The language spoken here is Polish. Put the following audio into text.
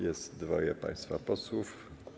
Jest dwoje państwa posłów.